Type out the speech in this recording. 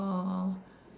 oh